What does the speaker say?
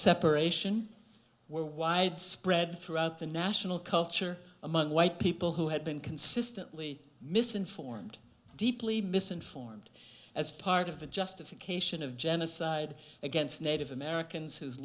separation were widespread throughout the national culture among white people who had been consistently misinformed deeply misinformed as part of the justification of genocide against native americans whose